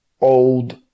old